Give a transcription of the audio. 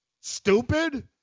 stupid